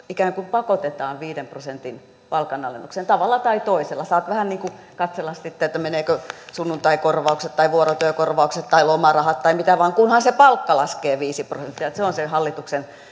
ikään kuin pakotetaan viiden prosentin palkanalennukseen tavalla tai toisella saat vähän niin kuin katsella sitten menevätkö sunnuntaikorvaukset tai vuorotyökorvaukset tai lomarahat tai mitä vain kunhan se palkka laskee viisi prosenttia että se on se hallituksen